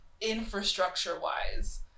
infrastructure-wise